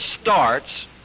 starts